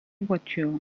voitures